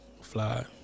Fly